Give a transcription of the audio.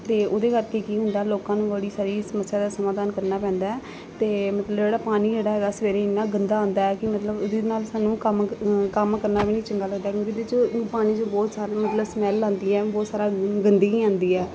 ਤੇ ਉਹਦੀ ਕਰਕੇ ਕੀ ਹੁੰਦਾ ਲੋਕਾਂ ਨੂੰ ਬੜੀ ਸਾਰੀ ਸਮੱਸਿਆ ਦਾ ਸਮਾਧਾਨ ਕਰਨਾ ਪੈਂਦਾ ਤੇ ਮਤਲਬ ਜਿਹੜਾ ਪਾਣੀ ਜਿਹੜਾ ਹੈਗਾ ਸਵੇਰੇ ਇਨਾ ਗੰਦਾ ਆਉਂਦਾ ਕਿ ਮਤਲਬ ਇਹਦੇ ਨਾਲ ਸਾਨੂੰ ਕੰਮ ਕੰਮ ਕਰਨਾ ਵੀ ਨੀ ਚੰਗਾ ਲੱਗਦਾ ਕਿਉਂਕਿ ਇਹਦੇ ਚ ਪਾਣੀ ਚ ਬਹੁਤ ਸਾਰੀਆਂ ਮਤਲਬ ਸਮੈਲ ਆਉਂਦੀ ਹੈ ਬਹੁਤ ਸਾਰਾ ਗੰਦਗੀ ਆਉਂਦੀ ਆ